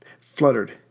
fluttered